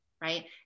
right